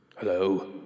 Hello